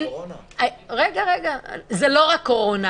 --- אבל הקורונה --- זה לא רק קורונה,